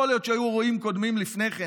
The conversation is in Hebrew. יכול להיות שהיו אירועים קודמים לפני כן,